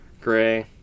gray